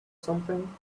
something